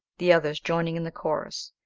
the others joining in the chorus,